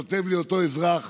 כותב לי אותו אזרח,